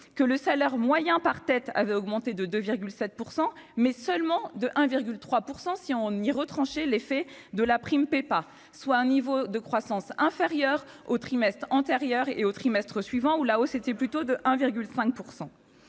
que le salaire moyen par tête avait augmenté de 2,7 %, mais seulement de 1,3 % si on y retranchait l'effet de la PEPA, soit un niveau de croissance inférieur au trimestre antérieur et au trimestre suivant, où la hausse était plutôt de 1,5 %.